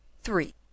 three